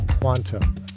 Quantum